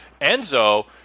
Enzo